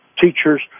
teachers